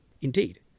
Indeed